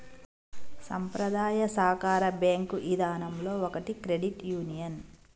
సంప్రదాయ సాకార బేంకు ఇదానంలో ఒకటి క్రెడిట్ యూనియన్